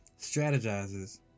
strategizes